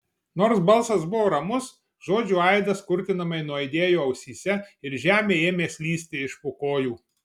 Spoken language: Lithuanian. nors balsas buvo ramus žodžių aidas kurtinamai nuaidėjo ausyse ir žemė ėmė slysti iš po kojų